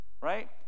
right